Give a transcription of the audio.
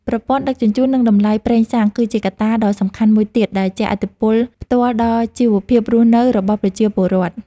ប្រព័ន្ធដឹកជញ្ជូននិងតម្លៃប្រេងសាំង គឺជាកត្តាដ៏សំខាន់មួយទៀតដែលជះឥទ្ធិពលផ្ទាល់ដល់ជីវភាពរស់នៅរបស់ប្រជាពលរដ្ឋ។